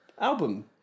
album